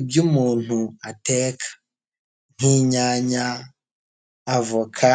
ibyo umuntu ateka nk'inyanya, avoka.